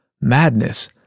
Madness